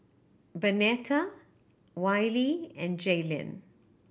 Bernetta Wiley and Jailyn